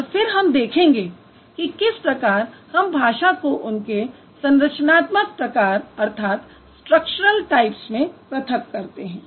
और फिर हम देखेंगे कि किस प्रकार हम भाषाओं को उनके संरचनात्मक प्रकार में पृथक करते हैं